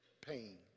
pain